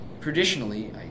Traditionally